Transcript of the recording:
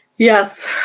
Yes